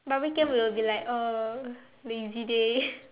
but weekend we will be like uh lazy day